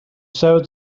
sewed